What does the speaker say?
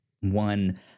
one